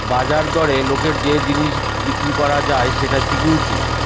বাজার দরে লোকের যে জিনিস বিক্রি করা যায় সেটা সিকুইরিটি